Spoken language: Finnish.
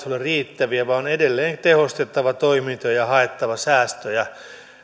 ole riittäviä vaan on edelleen tehostettava toimintoja ja haettava säästöjä